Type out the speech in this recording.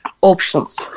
options